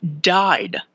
died